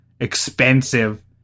Expensive